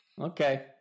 Okay